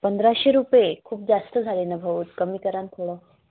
पंधराशे रुपये खूप जास्त झाले ना भाऊ कमी करा नं थोडं